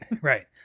right